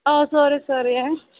ആ sorry sorry